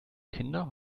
kinder